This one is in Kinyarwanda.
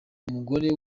umugore